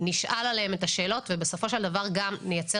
נשאל עליהם את השאלות ובסופו של דבר גם נייצר